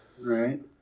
right